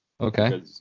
Okay